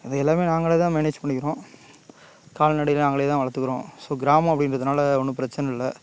அதை எல்லாமே நாங்களே தான் மேனேஜ் பண்ணிக்கிறோம் கால்நடையை நாங்களே தான் வளர்த்துக்குறோம் ஸோ கிராமம் அப்படின்றதுனால ஒன்றும் பிரச்சனை இல்லை